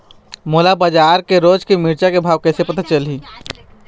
मोला बजार के रोज के मिरचा के भाव कइसे पता चलही?